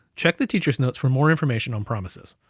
check the teacher's notes for more information on promises.